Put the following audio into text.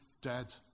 dead